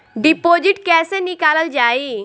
Deposit कैसे निकालल जाइ?